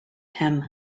him